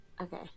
Okay